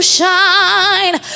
shine